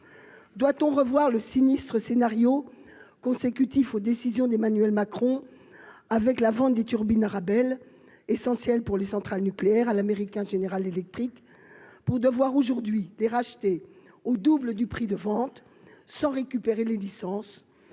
doit-on revoir le sinistre scénario consécutif aux décisions d'Emmanuel Macron, avec la vente des turbines Arabelle essentiel pour les centrales nucléaires à l'américain General Electric pour devoir aujourd'hui les racheter au double du prix de vente 100 récupérer les licences,